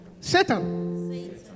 Satan